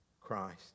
Christ